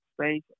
space